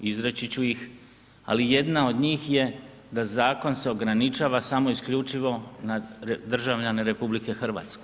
Izreći ću ih, ali jedna od njih je da zakon se ograničava samo isključivo na državljane RH.